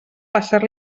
passar